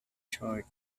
short